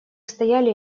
стояли